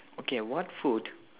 okay what food